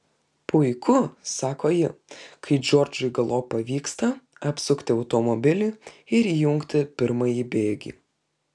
puiku sako ji kai džordžui galop pavyksta apsukti automobilį ir įjungti pirmąjį bėgį